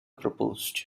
proposed